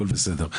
הכל בסדר.